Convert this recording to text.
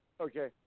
Okay